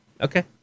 okay